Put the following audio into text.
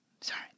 sorry